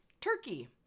turkey